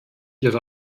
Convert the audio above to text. ihre